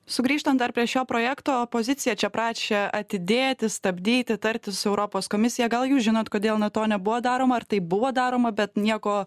sugrįžtant dar prie šio projekto opozicija čia prašė atidėti stabdyti tartis su europos komisija gal jūs žinot kodėl nuo to nebuvo daroma ar taip buvo daroma bet nieko